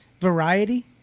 variety